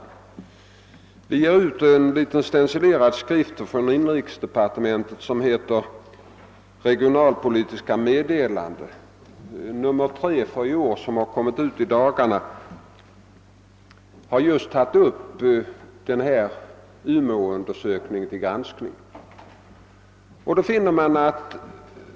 Inrikesdepartementet ger ut en liten stencilerad skrift som kallas Regionalpolitiska Meddelanden från Inrikesdepartementet. I nr 3 för 1970 av denna publikation, som kommit ut i dagarna, tas just Umeåundersökningen upp till granskning.